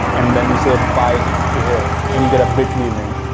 and then you said buy it here. and you get a bitly link.